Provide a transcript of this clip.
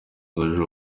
zujuje